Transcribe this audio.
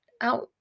out